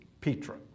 Petra